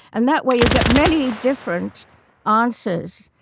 and that way you get many different answers,